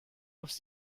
aus